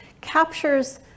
captures